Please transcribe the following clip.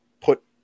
put